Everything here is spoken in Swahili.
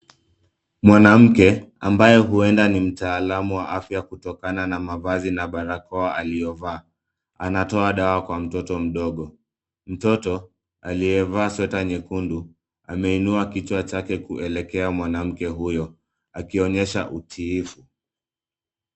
Mwanamke ambaye huenda ni mtaalamu wa afya, kutokana na mavazi na barakoa aliyovaa, anatoa dawa Kwa mtoto mdogo. Mtoto aliyevaa sweta nyekundu, ameinua kichwa chake kuelekea mwanamke huyo, akionyesha utiifu.